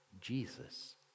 Jesus